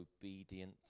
obedient